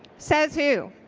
says who?